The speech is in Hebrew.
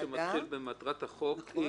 הכוונה לנוסח שמתחיל ב"מטרת החוק X ".